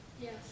Yes